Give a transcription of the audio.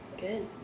good